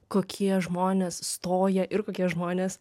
kokie žmonės stoja ir kokie žmonės